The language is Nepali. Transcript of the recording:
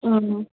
अँ